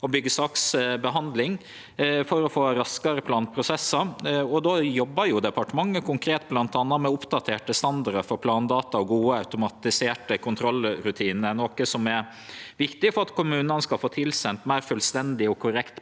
og byggesaksbehandling for å få raskare planprosessar. Då jobbar departementet konkret bl.a. med oppdaterte standardar for plandata og gode automatiserte kontrollrutinar, noko som er viktig for at kommunane skal få tilsendt meir fullstendige og korrekte